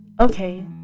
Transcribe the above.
okay